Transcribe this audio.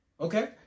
Okay